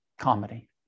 comedy